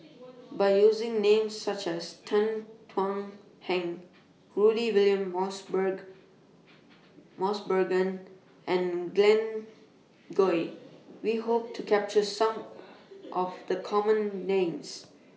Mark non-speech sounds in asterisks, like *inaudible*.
By using Names such as Tan Thuan Heng Rudy William *unintelligible* Mosbergen and Glen Goei We Hope to capture Some of The Common Names